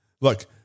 Look